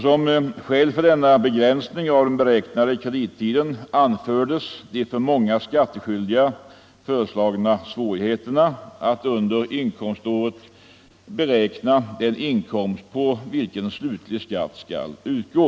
Som skäl för denna begränsning av den beräknade kredittiden anfördes de för många skattskyldiga föreliggande svårigheterna att under inkomståret beräkna den inkomst på vilken slutlig skatt skall utgå.